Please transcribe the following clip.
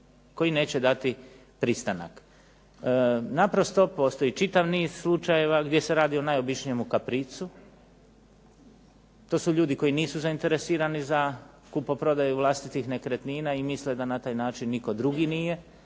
koji neće dati pristanak. Naprosto postoji čitav niz slučajeva gdje se radi o najobičnijemu kapricu. To su ljudi koji nisu zainteresirani za kupoprodaju vlastitih nekretnina, i misle da na taj način nitko drugi nije.